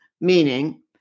meaning